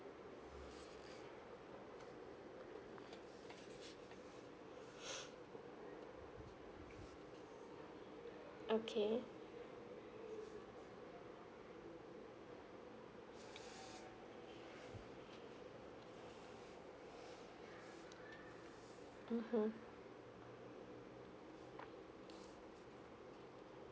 okay mmhmm